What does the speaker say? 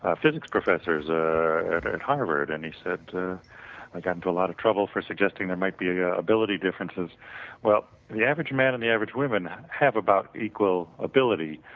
ah physics professors ah at harvard and he said, i get into a lot of trouble for suggesting there might be ah ability of differences well, the average man and the average women have about equal ability.